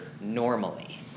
normally